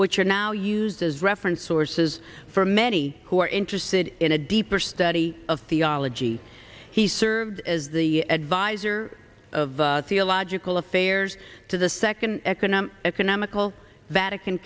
which are now used as reference sources for many who are interested in a deeper study of theology he served as the advisor of theological affairs to the second economic economical vatican